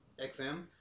XM